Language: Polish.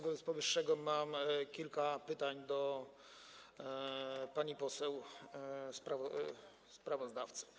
Wobec powyższego mam kilka pytań do pani poseł sprawozdawcy.